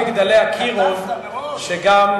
"מגדלי אקירוב", שבה,